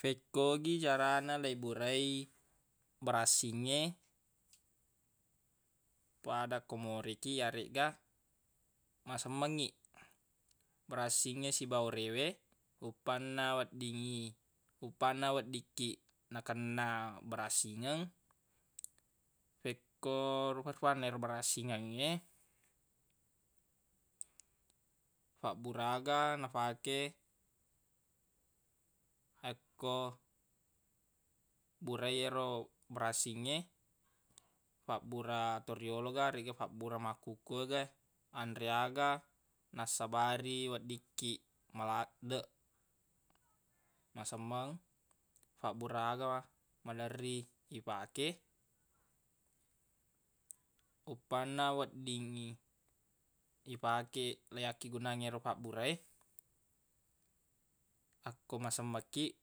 Fekko gi carana leiburai barassingnge pada ko more kiq yaregga masemmengngi barassingnge siba orewe uppanna weddingngi uppanna wedding kiq nakenna barassingeng fekko rufa-rufanna e barassingengnge fabbura aga nafake akko burai ero barassingnge fabbura toriyolo ga aregga fabbura makkukue ga anre aga nassabari weddikkiq maladdeq masemmeng fabbura aga maderri ifake uppanna weddingngi ifake leiyakkigunang yero fabbura e akko masemmeng kiq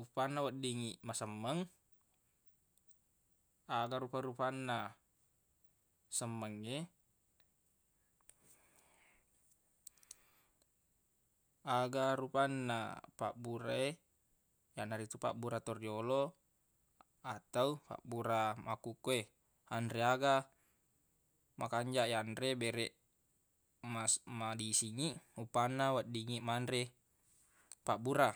uffanna weddingngi masemmeng aga rufa-rufanna semmengnge aga rufanna pabbura e yanaritu pabbura toriyolo atau fabbura makkukue anre aga makanjaq yanre bereq mas- madisingngi uppanna weddingngi manre pabbura.